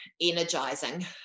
energizing